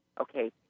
okay